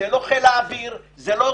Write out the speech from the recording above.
זה לא חיל האוויר, זה לא